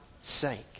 sake